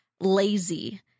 lazy